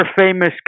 famous